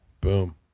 Boom